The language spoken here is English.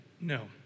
no